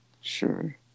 Sure